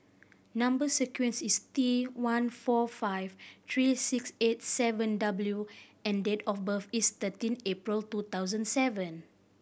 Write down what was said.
number sequence is T one four five three six eight seven W and date of birth is thirteen April two thousand seven